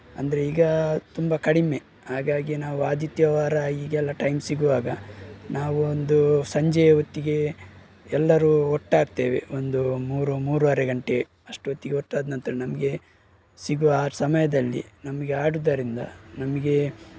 ಅಂದರೆ ಈಗ ತುಂಬ ಕಡಿಮೆ ಹಾಗಾಗಿ ನಾವು ಆದಿತ್ಯವಾರ ಈಗೆಲ್ಲ ಟೈಮ್ ಸಿಗುವಾಗ ನಾವು ಒಂದು ಸಂಜೆಯ ಹೊತ್ತಿಗೆ ಎಲ್ಲರೂ ಒಟ್ಟಾಗ್ತೇವೆ ಒಂದು ಮೂರು ಮೂರುವರೆ ಗಂಟೆ ಅಷ್ಟೊತ್ತಿಗೆ ಒಟ್ಟಾದ ನಂತರ ನಮಗೆ ಸಿಗುವ ಆ ಸಮಯದಲ್ಲಿ ನಮಗೆ ಆಡೋದರಿಂದ ನಮಗೆ